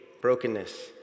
brokenness